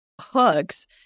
hooks